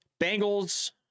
Bengals